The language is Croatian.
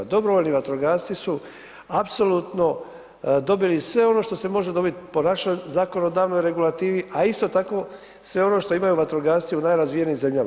Dobrovoljni vatrogasci su apsolutno dobili sve ono što se može dobiti po našoj zakonodavnoj regulativi, a isto tako sve ono što imaju vatrogasci u najrazvijenijim zemljama.